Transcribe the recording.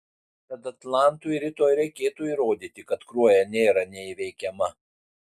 tad atlantui rytoj reikėtų įrodyti kad kruoja nėra neįveikiama